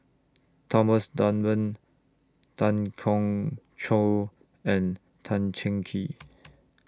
Thomas Dunman Tan Keong Choon and Tan Cheng Kee